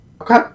Okay